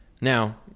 Now